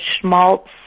schmaltz